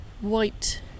white